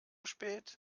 spät